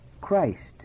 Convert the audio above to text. Christ